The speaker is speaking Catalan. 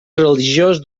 religiós